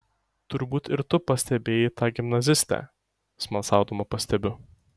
turbūt ir tu pastebėjai tą gimnazistę smalsaudama pastebiu